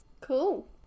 Cool